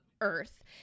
Earth